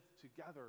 together